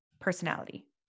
Personality